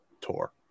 tour